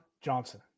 Johnson